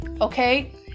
okay